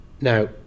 Now